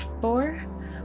four